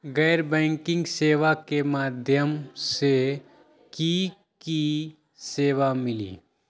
गैर बैंकिंग के माध्यम से की की सेवा मिली?